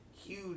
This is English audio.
huge